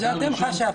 את זה אתם חשבתם,